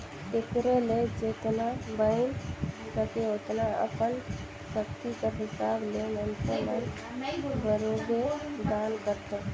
तेकरे ले जेतना बइन सके ओतना अपन सक्ति कर हिसाब ले मइनसे मन बरोबेर दान करथे